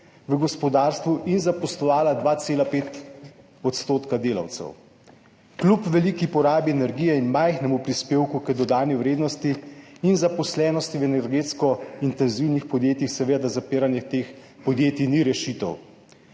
v gospodarstvu in zaposlovala 2,5 % delavcev. Kljub veliki porabi energije in majhnemu prispevku k dodani vrednosti in zaposlenosti v energetsko intenzivnih podjetjih seveda zapiranje teh podjetij ni rešitev.